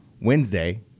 wednesday